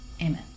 Amen